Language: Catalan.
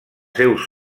seus